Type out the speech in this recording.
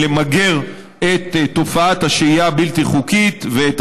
ולמגר את תופעת השהייה הבלתי-חוקית ואת